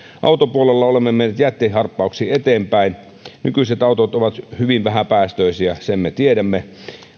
autopuolella olemme menneet jättiharppauksia eteenpäin nykyiset autot ovat hyvin vähäpäästöisiä sen me tiedämme